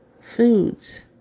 foods